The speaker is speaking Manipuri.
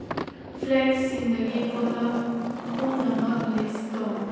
ꯐ꯭ꯂꯦꯛꯁꯤꯡꯗꯒꯤ ꯄꯣꯠꯂꯝ ꯄꯨꯝꯅꯃꯛ ꯂꯤꯁ ꯇꯧ